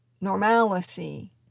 normalcy